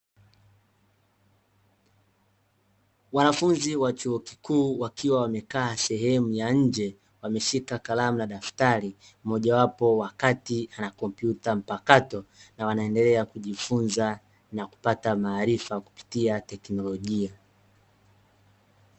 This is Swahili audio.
Wanafunzi wa chuo kikuu wakiwa wamekaa sehemu ya nje wameshika kalamu na daftari. Mmojawapo wa "kati" ana kompyuta mpakato na wanaendelea kujifunza na kupata maarifa kupitia teknolojia.